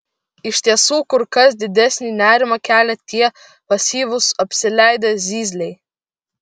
iš tiesų kur kas didesnį nerimą kelia tie pasyvūs apsileidę zyzliai